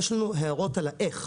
יש לנו הערות על האיך.